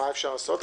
מה אפשר לעשות,